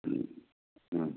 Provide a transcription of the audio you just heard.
হুম হুম